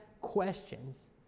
questions